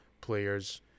players